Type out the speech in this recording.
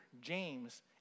James